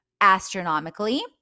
astronomically